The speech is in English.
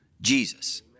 Jesus